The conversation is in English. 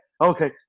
Okay